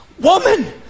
woman